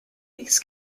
its